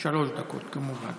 אנחנו עוברים לסעיף הבא,